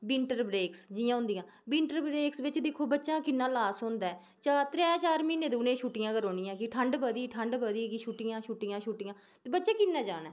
winter breaks जियां होन्दियां winter breaks बिच्च दिक्खो बच्चा किन्ना लास होंदा ऐ चार त्रै चार म्हीने ते उ'नेंगी छुट्टियां गै रौह्नियां कि ठंड बधी ठंड बधी कि छुट्टियां छुट्टियां छुट्टियां ते बच्चे किन्ना जाना ऐ